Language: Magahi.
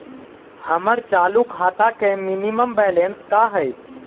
हमर चालू खाता के मिनिमम बैलेंस का हई?